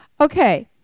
Okay